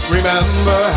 Remember